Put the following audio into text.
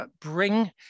bring